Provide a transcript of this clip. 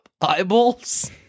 eyeballs